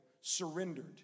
surrendered